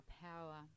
power